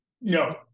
No